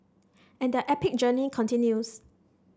and their epic journey continues